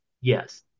Yes